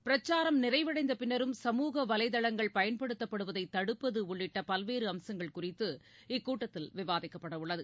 பிரச்சாரம் நிறைவடைந்தபின்னரும் சமூக வலைதளங்கள் பயன்படுத்தப்படுவதைதடுப்பதஉள்ளிட்டபல்வேறுஅம்சங்கள் குறித்து இக்கூட்டத்தில் விவாதிக்கப்படஉள்ளது